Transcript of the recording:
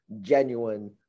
genuine